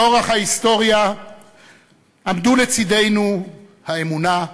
לאורך ההיסטוריה עמדו לצדנו האמונה,